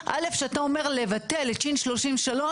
אחרי שאני שומעת אותם מדברים ואני יודעת את שכר השוטרים ואני